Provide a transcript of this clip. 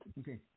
okay